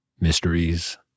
mysteries